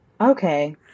Okay